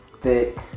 thick